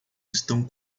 estão